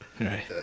Right